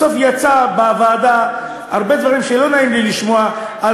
בסוף יצאו בוועדה הרבה דברים שלא נעים לי לשמוע על